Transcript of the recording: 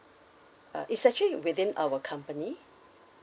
uh it's actually within our company